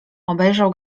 obejrzał